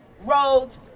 roads